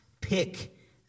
pick